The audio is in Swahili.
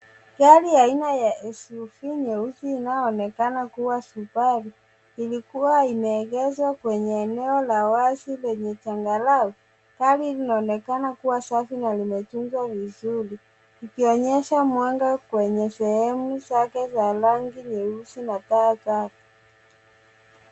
Gari ya aina SUV nyeusi inayoonekana kuwa Subaru, lilikuwa imeegezwa kwenye eneo la wazi kwenye changarawe. Gari hili linaonekana kuwa safi na limetunzwa vizuri ikionyesha mwanga kwenye sehemu zake za rangi nyeusi na taa zake.